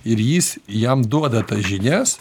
ir jis jam duoda tas žinias